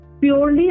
purely